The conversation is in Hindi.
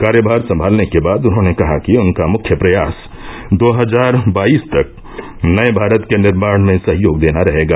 कार्यभार संभालने बाद उन्होंने कहा कि उनका मुख्य प्रयास दो हजार बाईस तक नये भारत के निर्माण में सहयोग देना रहेगा